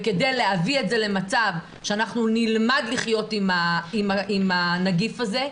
וכדי להביא את זה למצב שנלמד לחיות עם הנגיף הזה.